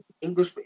English